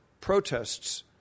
protests